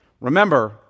Remember